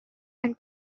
and